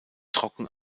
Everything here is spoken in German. trocken